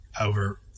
over